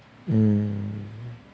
um